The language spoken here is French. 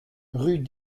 rue